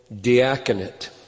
diaconate